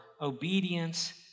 obedience